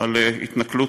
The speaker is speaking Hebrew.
על התנכלות,